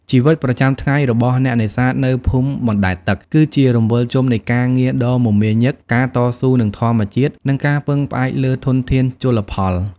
ជីវិតប្រចាំថ្ងៃរបស់អ្នកនេសាទនៅភូមិបណ្តែតទឹកគឺជារង្វិលជុំនៃការងារដ៏មមាញឹក ការតស៊ូនឹងធម្មជាតិ និងការពឹងផ្អែកលើធនធានជលផល។